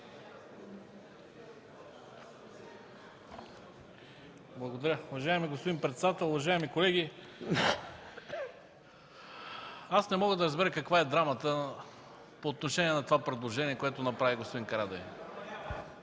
Благодаря. Уважаеми господин председател, уважаеми колеги! Аз не мога да разбера каква е драмата по отношение на това предложение, което направи господин Карадайъ.